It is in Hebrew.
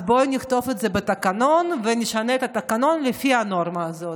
בואו נכתוב את זה בתקנון ונשנה את התקנון לפי הנורמה הזאת.